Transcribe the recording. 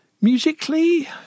Musically